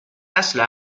اصل